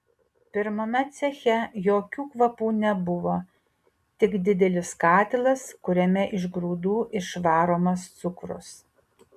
pirmame ceche jokių kvapų nebuvo tik didelis katilas kuriame iš grūdų išvaromas cukrus